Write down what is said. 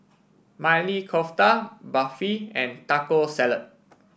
Maili Kofta Barfi and Taco Salad